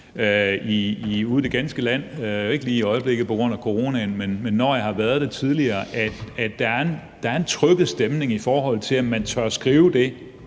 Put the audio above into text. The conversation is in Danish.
ude i det ganske land – ikke lige i øjeblikket på grund af coronaen, men når jeg har været det tidligere – at der er en trykket stemning, i forhold til om man tør skrive det,